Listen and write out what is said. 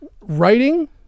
Writing